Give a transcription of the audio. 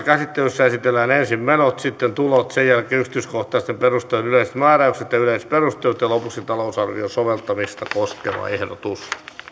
käsittelyssä esitellään ensin menot sitten tulot sen jälkeen yksityiskohtaisten perustelujen yleiset määräykset ja yleisperustelut ja lopuksi talousarvion soveltamista koskeva ehdotus